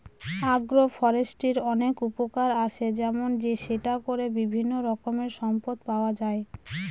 আগ্র ফরেষ্ট্রীর অনেক উপকার আসে যেমন সেটা করে বিভিন্ন রকমের সম্পদ পাওয়া যায়